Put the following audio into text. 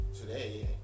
Today